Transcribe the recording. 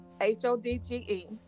h-o-d-g-e